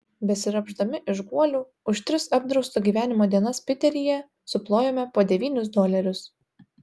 besiropšdami iš guolių už tris apdrausto gyvenimo dienas piteryje suplojome po devynis dolerius